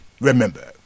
remember